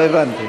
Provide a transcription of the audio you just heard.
לא הבנתי.